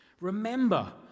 Remember